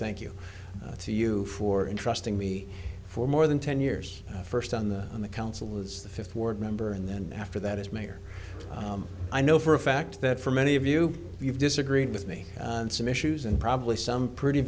thank you to you for in trusting me for more than ten years first on the on the council as the fifth ward member and then after that as mayor i know for a fact that for many of you you've disagreed with me on some issues and probably some pretty